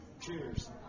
Cheers